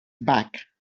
back